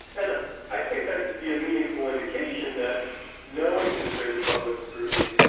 and i think that could be a meaningful indication that knowing there is greater public scrutiny,